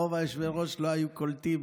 רוב יושבי-הראש לא היו קולטים.